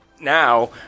now